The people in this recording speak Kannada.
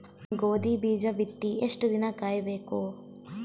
ಗೋಧಿ ಬೀಜ ಬಿತ್ತಿ ಎಷ್ಟು ದಿನ ಕಾಯಿಬೇಕು?